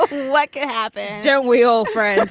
what could happen don't we all friends,